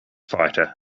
fighter